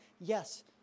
Yes